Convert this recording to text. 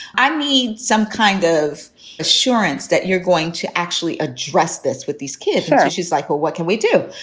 i need some kind of assurance that you're going to actually address this with these kids. she's like, well, what can we do?